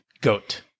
Goat